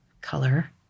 color